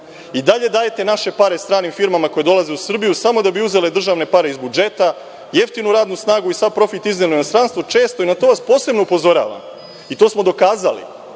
I dalje dajete naše pare stranim firmama koje dolaze u Srbiju samo da bi uzeli državne pare iz budžeta, jeftinu radnu snagu i sav profit iz inostranstva, često i na to vas posebno upozoravam i to smo dokazali,